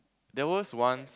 there was once